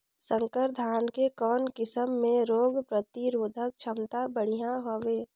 संकर धान के कौन किसम मे रोग प्रतिरोधक क्षमता बढ़िया हवे?